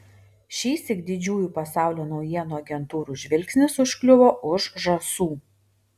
šįsyk didžiųjų pasaulio naujienų agentūrų žvilgsnis užkliuvo už žąsų